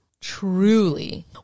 Truly